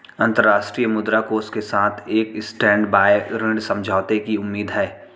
अंतर्राष्ट्रीय मुद्रा कोष के साथ एक स्टैंडबाय ऋण समझौते की उम्मीद है